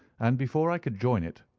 and before i could join it,